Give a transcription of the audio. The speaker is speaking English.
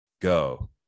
go